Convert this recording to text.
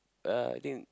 uh I think